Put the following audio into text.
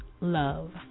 love